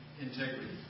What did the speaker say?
integrity